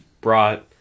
brought